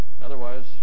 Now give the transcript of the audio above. Otherwise